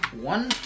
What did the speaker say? One